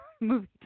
movie